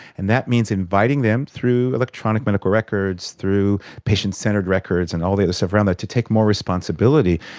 and that means inviting them through electronic medical records, through patient centred records and all the other stuff around that to take more responsibility.